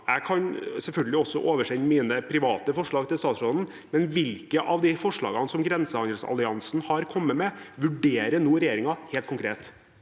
Jeg kan selvfølgelig også oversende mine private forslag til statsråden, men hvilke av de forslagene som Grensehandelsalliansen har kommet med, vurderer nå regjeringen helt konkret?